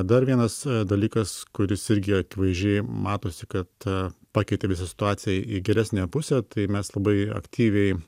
dar vienas dalykas kuris irgi akivaizdžiai matosi kad pakeitė visą situaciją į geresnę pusę tai mes labai aktyviai